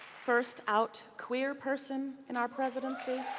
first out queer person in our presidency?